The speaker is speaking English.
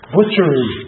Butchery